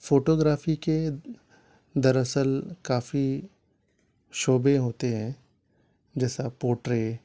photography کے دراصل کافی شعبے ہوتے ہیں جیسا پوٹرے